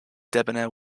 debonair